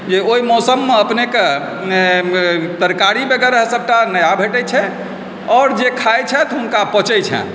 जे ओहि मौसममे अपनेके तरकारी वगैरह सबटा नया भेटै छै आओर जे खाइ छथि हुनका पचै छनि